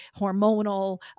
hormonal